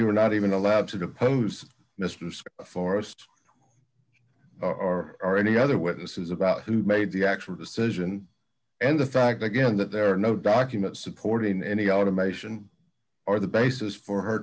were not even allowed to depose mr forrest our or any other witnesses about who made the actual decision and the fact that again that there are no documents supporting any automation or the basis for her